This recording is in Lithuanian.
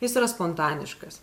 jis yra spontaniškas